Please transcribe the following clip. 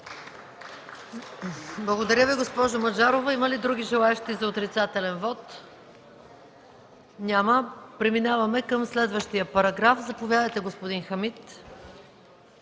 Благодаря Ви, госпожо Маджарова. Има ли други желаещи за отрицателен вот? Няма. Преминаваме към следващия параграф. ДОКЛАДЧИК ХАМИД ХАМИД: